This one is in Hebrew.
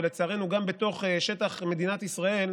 ולצערנו גם בתוך שטח מדינת ישראל,